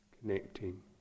connecting